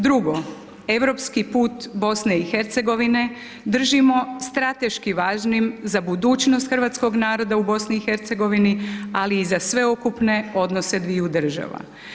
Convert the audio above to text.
Drugo, europski put BiH-a držimo strateški važnim za budućnost hrvatskog naroda u BiH-u ali i za sveukupne odnose sviju država.